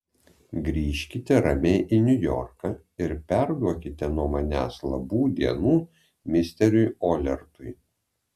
grįžkite ramiai į niujorką ir perduokite nuo manęs labų dienų misteriui olertui